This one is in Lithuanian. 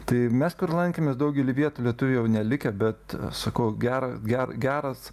tai mes lankėmės daugely vietų lietuvių jau nelikę bet sakau gera gera geras